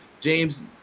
James